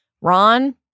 Ron